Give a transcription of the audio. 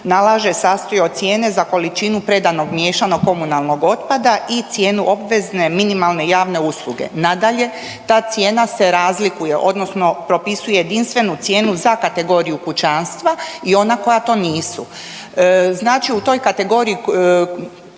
nalaže, sastoji od cijene za količinu predanog miješanog komunalnog otpada i cijenu obvezne minimalne javne usluge. Nadalje, ta cijena se razlikuje, odnosno propisuje jedinstvenu cijenu za kategoriju kućanstva i ona koja to nisu. Znači u toj kategoriji,